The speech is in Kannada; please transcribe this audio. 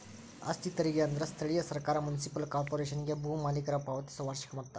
ಆಸ್ತಿ ತೆರಿಗೆ ಅಂದ್ರ ಸ್ಥಳೇಯ ಸರ್ಕಾರ ಮುನ್ಸಿಪಲ್ ಕಾರ್ಪೊರೇಶನ್ಗೆ ಭೂ ಮಾಲೇಕರ ಪಾವತಿಸೊ ವಾರ್ಷಿಕ ಮೊತ್ತ